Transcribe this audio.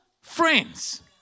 friends